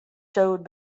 showed